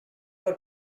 por